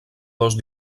dos